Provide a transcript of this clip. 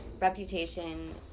reputation